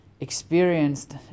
experienced